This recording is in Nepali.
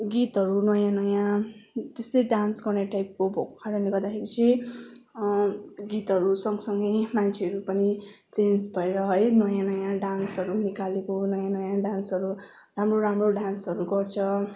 गितहरू नयाँ नयाँ त्यस्तै डान्स गर्ने टाइपको भएको कारणले गर्दाखेरि चाहिँ गितहरू सँगसँगै मान्छेहरू पनि चेन्ज भएर है नयाँ नयाँ डान्सहरू निकालेको हो नयाँ नयाँ डान्सहरू राम्रो राम्रो डान्सहरू गर्छ